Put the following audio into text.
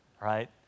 Right